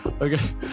Okay